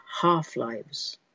half-lives